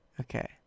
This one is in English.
okay